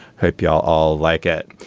hope y'all all like it.